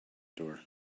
door